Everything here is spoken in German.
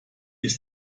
ist